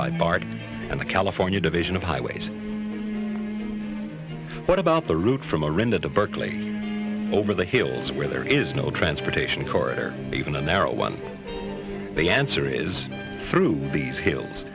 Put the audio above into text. by bart and the california division of highways what about the route from a rented to berkeley over the hills where there is no transportation corridor even a narrow one the answer is through these hills